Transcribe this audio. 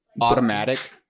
automatic